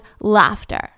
laughter